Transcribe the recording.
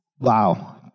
wow